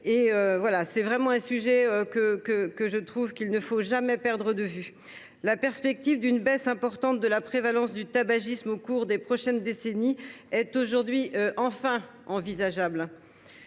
la sécurité sociale. Il ne faut jamais le perdre de vue. La perspective d’une baisse importante de la prévalence du tabagisme au cours des prochaines décennies est aujourd’hui enfin envisageable,